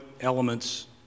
elements